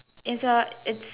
it's a it's